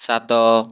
ସାତ